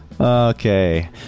Okay